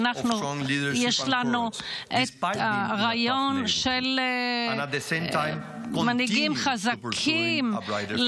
אנחנו חולקים איתכם את הרעיון של מנהיגות חזקה,